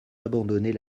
abandonner